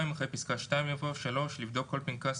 אחרי פסקה (2) יבוא: "(3) לבדוק כל פנקס,